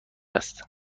است